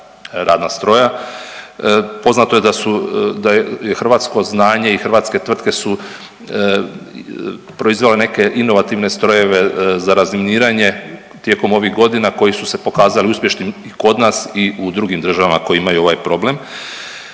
radna stroja, poznato je da su, da je hrvatsko znanje i hrvatske tvrtke su proizvele neke inovativne strojeve za razminiranje tijekom ovih godina koji su se pokazali uspješnim i kod nas i u drugim državama koje imaju ovaj problem.